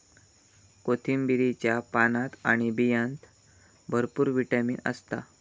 कोथिंबीरीच्या पानात आणि बियांत भरपूर विटामीन असता